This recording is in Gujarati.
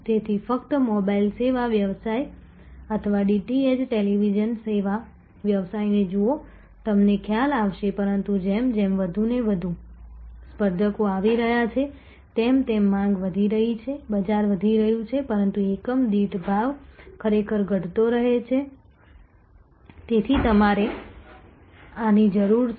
તેથી ફક્ત મોબાઇલ સેવા વ્યવસાય અથવા ડીટીએચ ટેલિવિઝન સેવા વ્યવસાયને જુઓ તમને ખ્યાલ આવશે પરંતુ જેમ જેમ વધુ અને વધુ સ્પર્ધકો આવી રહ્યા છે તેમ તેમ માંગ વધી રહી છે બજાર વધી રહ્યું છે પરંતુ એકમ દીઠ ભાવ ખરેખર ઘટતો રહે છે તેથી તમારે આની જરૂર છે